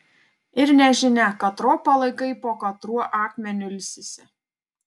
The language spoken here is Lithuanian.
ir nežinia katro palaikai po katruo akmeniu ilsisi